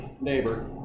neighbor